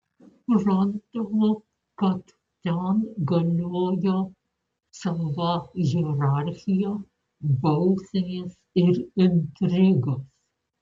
suprantama kad ten galiojo sava hierarchija bausmės ir intrigos